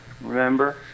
remember